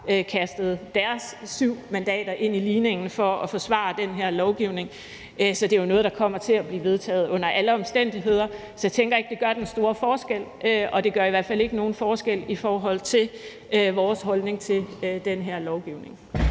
kastet deres 7 mandater ind i ligningen for at forsvare den her lovgivning, så det er jo noget, der kommer til at blive vedtaget under alle omstændigheder. Så jeg tænker ikke, det gør den store forskel, og det gør i hvert fald ikke nogen forskel i forhold til vores holdning til den her lovgivning.